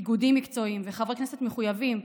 איגודים מקצועיים וחברי כנסת מחויבים,